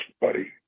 buddy